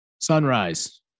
Sunrise